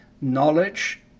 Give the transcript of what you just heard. knowledge